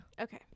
Okay